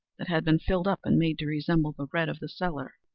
that had been filled up, and made to resemble the red of the cellar.